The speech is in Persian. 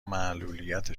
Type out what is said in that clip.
معلولیت